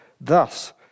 Thus